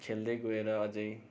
खेल्दै गएर अझ